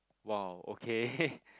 !wow! okay